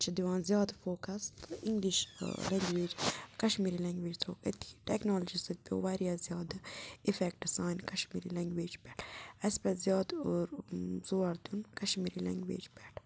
چھِ دِوان زیادٕ فوکَس تہٕ اِنٛگلِش لٮ۪نٛگویج کشمیٖری لٮ۪نٛگویج ترٲوٕکھ أتھی ٹٮ۪کنالجی سۭتۍ پیٚو واریاہ زیادٕ اِفٮ۪کٹہٕ سانہِ کشمیٖری لٮ۪نٛگویج پٮ۪ٹھ اَسہِ پَزِ زیادٕ زور دیُن کشمیٖری لٮ۪نٛگویج پٮ۪ٹھ